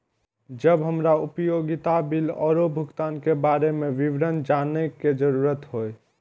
जब हमरा उपयोगिता बिल आरो भुगतान के बारे में विवरण जानय के जरुरत होय?